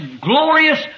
glorious